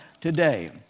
today